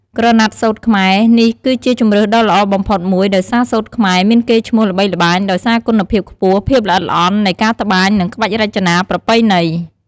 ក្រណាត់សូត្រខ្មែរ នេះគឺជាជម្រើសដ៏ល្អបំផុតមួយ ដោយសារ សូត្រខ្មែរ មានកេរ្តិ៍ឈ្មោះល្បីល្បាញដោយសារគុណភាពខ្ពស់ ភាពល្អិតល្អន់នៃការត្បាញ និងក្បាច់រចនាប្រពៃណី។